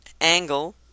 angle